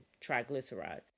triglycerides